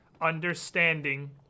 understanding